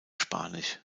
spanisch